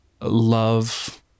love